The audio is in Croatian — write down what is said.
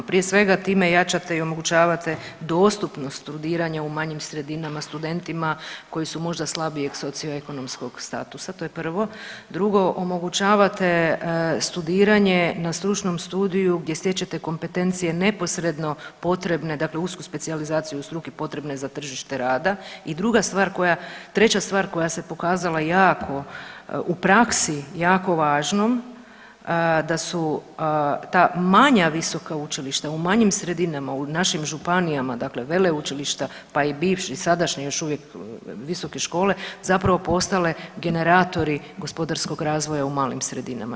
Prije svega, time jačate i omogućavate dostupnost studiranja u manjim sredinama studentima koji su možda slabijeg socioekonomskog statusa, to je prvo, drugo, omogućavate studiranje na stručnom studiju gdje stječete kompetencije neposredno potrebne, dakle usku specijalizaciju struke potrebne za tržište rada i druga stvar koja, treća stvar koja se pokazala jako u praksi jako važnom, da su ta manja visoka učilišta, u manjim sredinama, u našim županijama, dakle veleučilišta, pa i bivši i sadašnji još uvijek, visoke škole, zapravo postale generatori gospodarskog razvoja u malim sredinama.